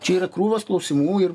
čia yra krūvos klausimų ir